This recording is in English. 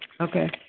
Okay